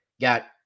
got